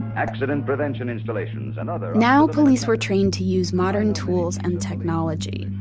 accident prevention installations and other now, police were trained to use modern tools and technology.